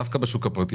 דווקא בשוק הפרטי